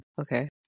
okay